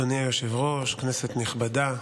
אדוני היושב-ראש, כנסת נכבדה,